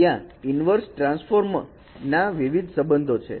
ત્યાં inverse transformer ના વિવિધ સંબંધો છે